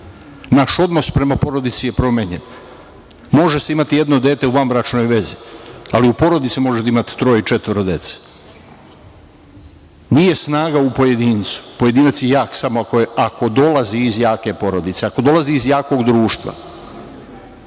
naš odnos prema porodici je promenjen. Može se imati jedno dete u vanbračnoj vezi, ali u porodici možete da imate troje ili četvoro dece. Nije snaga u pojedincu. Pojedinac je jak samo ako dolazi iz jake porodice, ako dolazi iz jakog društva.